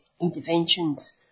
interventions